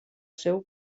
seu